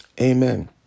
Amen